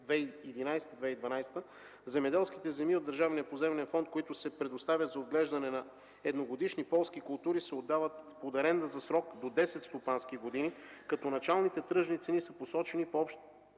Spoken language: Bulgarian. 2011-2012 г., земеделските земи от Държавния поземлен фонд, които се предоставят за отглеждане на едногодишни полски култури, се отдават под аренда за срок до десет стопански години, като началните тръжни цени са посочени по общини